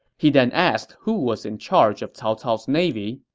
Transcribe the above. he then asked who was in charge of cao cao's navy.